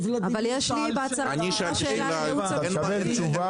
יש לי שאלה לשאול את היועצת המשפטית.